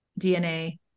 DNA